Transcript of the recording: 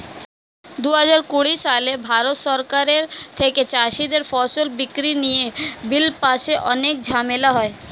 দুহাজার কুড়ি সালে ভারত সরকারের থেকে চাষীদের ফসল বিক্রি নিয়ে বিল পাশে অনেক ঝামেলা হয়